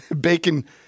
bacon